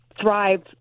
thrive